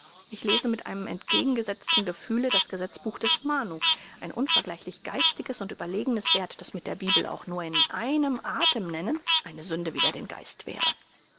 ich lese mit einem entgegengesetzten gefühle das gesetzbuch des manu ein unvergleichlich geistiges und überlegenes werk das mit der bibel auch nur in einem athem nennen eine sünde wider den geist wäre